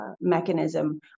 mechanism